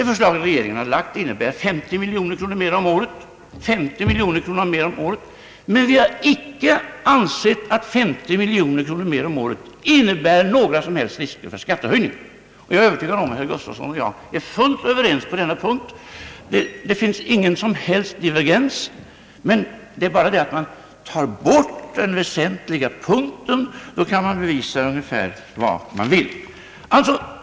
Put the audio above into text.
Regeringens förslag innebär 50 miljoner kronor mera om året, men vi har icke ansett att 50 miljoner kronor mera om året innebär några risker för en skattehöjning. Jag är övertygad om att herr Gustavsson och jag är fullt överens på den punkten. Det finns ingen som helst divergens därvidlag. Men om man tar bort den väsentliga punkten, kan man bevisa ungefär vad man vill.